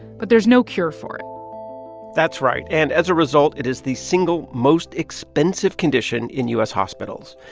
but there's no cure for it that's right. and as a result, it is the single most expensive condition in u s. hospitals.